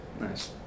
Nice